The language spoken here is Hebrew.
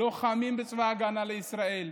לוחמים בצבא ההגנה לישראל,